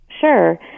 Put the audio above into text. Sure